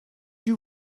you